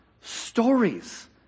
stories